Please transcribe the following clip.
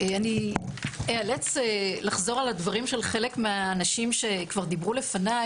אני אאלץ לחזור על הדברים של חלק מהאנשים שדיברו לפני,